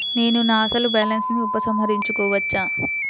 నేను నా అసలు బాలన్స్ ని ఉపసంహరించుకోవచ్చా?